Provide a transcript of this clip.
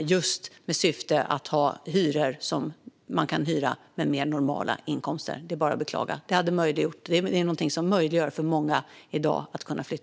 just i syfte att de ska ha hyror som passar för människor med mer normala inkomster. Det är bara att beklaga detta. Det är något som i dag gör det möjligt för många att flytta.